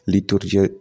Liturgia